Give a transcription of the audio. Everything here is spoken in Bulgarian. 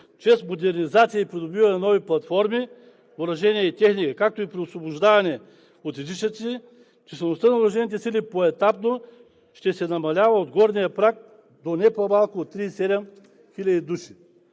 „Чрез модернизация и придобиване на нови платформи въоръжение и техника, както и при освобождаване от излишъци, числеността на въоръжените сили поетапно ще се намалява от горния праг до не по-малко от 37 хиляди души.“